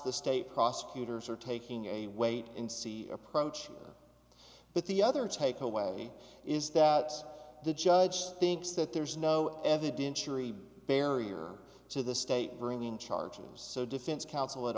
the state prosecutors are taking a wait and see approach but the other takeaway is that the judge thinks that there's no evidentiary barrier to the state bringing charges so defense counsel